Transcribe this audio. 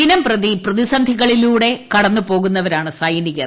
ദിനംപ്രതി പ്രതിസന്ധികളിലൂടെ കടന്നുപോകുന്നവരാണ് സൈനികർ